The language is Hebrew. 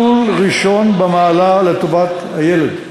כשיקול ראשון במעלה לטובת הילד.